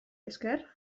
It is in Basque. esker